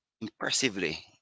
impressively